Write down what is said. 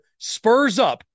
SPURSUP